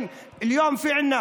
היום יש לנו